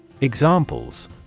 Examples